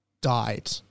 died